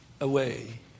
away